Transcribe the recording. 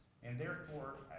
and therefore,